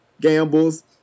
gambles